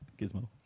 Gizmo